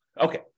Okay